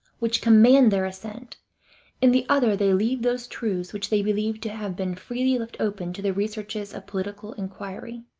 which command their assent in the other they leave those truths which they believe to have been freely left open to the researches of political inquiry.